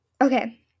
Okay